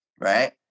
right